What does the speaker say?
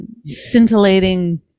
scintillating